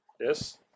yes